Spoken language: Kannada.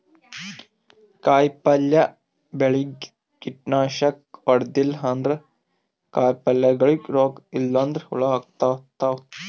ಕಾಯಿಪಲ್ಯ ಬೆಳ್ಯಾಗ್ ಕೀಟನಾಶಕ್ ಹೊಡದಿಲ್ಲ ಅಂದ್ರ ಕಾಯಿಪಲ್ಯಗೋಳಿಗ್ ರೋಗ್ ಇಲ್ಲಂದ್ರ ಹುಳ ಹತ್ಕೊತಾವ್